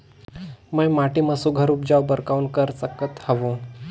मैं माटी मा सुघ्घर उपजाऊ बर कौन कर सकत हवो?